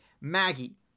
Maggie